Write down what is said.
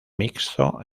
mixto